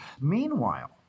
Meanwhile